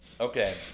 Okay